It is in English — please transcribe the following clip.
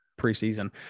preseason